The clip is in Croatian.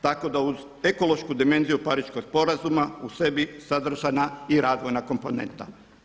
Tako da uz ekološku dimenziju Pariškog sporazuma u sebi sadržana i razvojna komponenta.